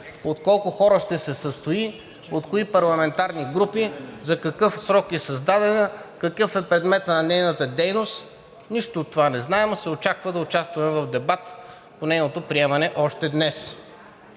от колко хора ще се състои, от кои парламентарни групи, за какъв срок е създадена, какъв е предметът на нейната дейност? Нищо от това не знаем, но се очаква да участваме в дебат по нейното приемане още днес.